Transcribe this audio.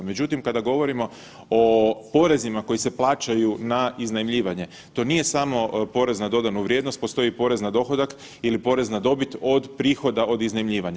Međutim, kada govorimo o porezima koji se plaćaju na iznajmljivanje, to nije samo porez na dodanu vrijednost, postoji porez na dohodak ili porez na dobit od prihoda od iznajmljivanja.